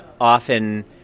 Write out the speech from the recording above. often